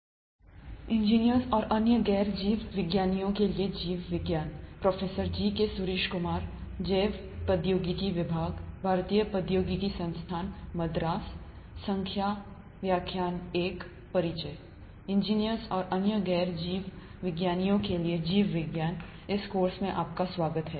"engineers और अन्य गैर जीवविज्ञानियों के लिए जीव विज्ञान इस कोर्स में आपका स्वागत है